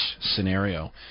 scenario